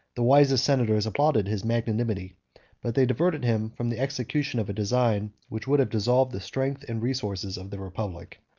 the wisest senators applauded his magnanimity but they diverted him from the execution of a design which would have dissolved the strength and resources of the republic.